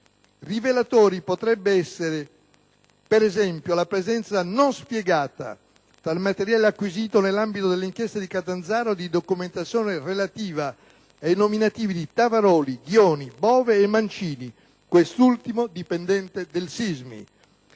Rivelatore potrebbe essere, per esempio, la presenza non spiegata, tra il materiale acquisito nell'ambito delle inchieste di Catanzaro, di documentazione relativa ai nominativi di Tavaroli, Ghioni, Bove e Mancini, quest'ultimo dipendente del SISMI.